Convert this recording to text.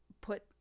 put